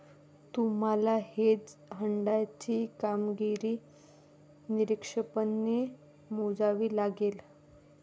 तुम्हाला हेज फंडाची कामगिरी निरपेक्षपणे मोजावी लागेल